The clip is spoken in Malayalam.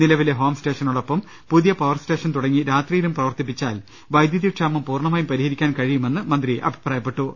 നിലവിലെ ഹോം സ്റ്റേഷനോടൊപ്പം പുതിയ പവർ സ്റ്റേഷൻ തുടങ്ങി രാത്രിയിലും പ്രവർത്തിപ്പിച്ചാൽ വൈദ്യുതി ക്ഷാമം പൂർണമായും പരിഹരിക്കാൻ കഴിയുമെന്ന് മന്ത്രി പറഞ്ഞു